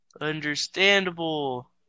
Understandable